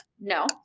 No